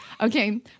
Okay